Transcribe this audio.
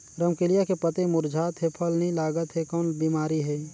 रमकलिया के पतई मुरझात हे फल नी लागत हे कौन बिमारी हे?